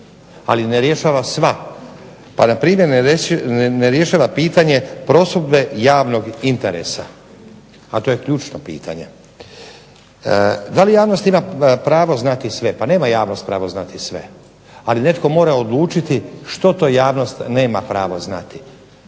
ali ne rješava sva. Pa npr. ne rješava pitanje prosudbe javnog interesa, a to je ključno pitanje. Da li javnost ima pravo znati sve? Pa nema javnost pravo znati sve, ali netko mora odlučiti što to javnost nema pravo znati.